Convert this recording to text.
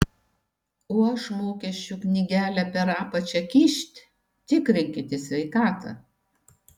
o aš mokesčių knygelę per apačią kyšt tikrinkit į sveikatą